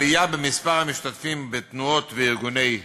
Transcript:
עלייה במספר המשתתפים בתנועות וארגוני נוער,